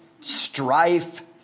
strife